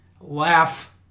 laugh